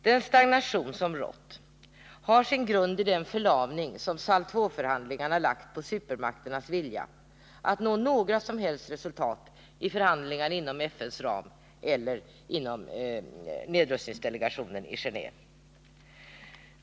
Den stagnation som rått har sin grund i den förlamning som SALT II-förhandlingarna lagt på supermakternas vilja att nå några som helst resultat i förhandlingar inom FN:s ram eller inom nedrustningsdelegationen i Genéve.